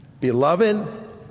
Beloved